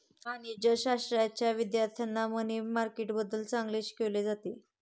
वाणिज्यशाश्राच्या विद्यार्थ्यांना मनी मार्केटबद्दल चांगले शिकवले जाते